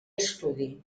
estudi